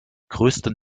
größten